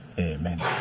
Amen